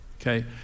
Okay